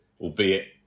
albeit